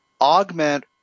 augment